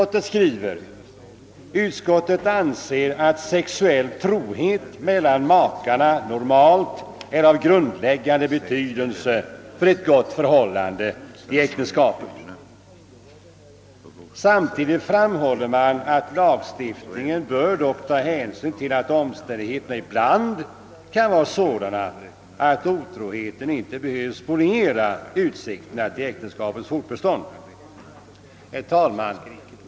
att sexuell trohet mellan makarna normalt är av grundläggande betydelse för ett gott förhållande i äktenskapet.» Samtidigt framhåller man att lagstiftningen dock bör ta hänsyn till att omständigheterna ibland kan vara sådana, att otroheten inte behöver spoliera utsikterna till äktenskapets fortbestånd. Herr talman!